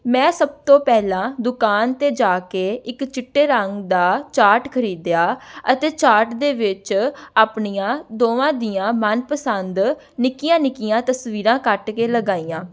ਮੈਂ ਸਭ ਤੋਂ ਪਹਿਲਾਂ ਦੁਕਾਨ 'ਤੇ ਜਾ ਕੇ ਇੱਕ ਚਿੱਟੇ ਰੰਗ ਦਾ ਚਾਟ ਖਰੀਦਿਆ ਅਤੇ ਚਾਟ ਦੇ ਵਿੱਚ ਆਪਣੀਆਂ ਦੋਵਾਂ ਦੀਆਂ ਮਨਪਸੰਦ ਨਿੱਕੀਆਂ ਨਿੱਕੀਆਂ ਤਸਵੀਰਾਂ ਕੱਟ ਕੇ ਲਗਾਈਆਂ